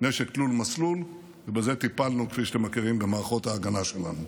נשק תלול מסלול, ובזה טיפלנו במערכות ההגנה שלנו,